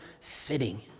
fitting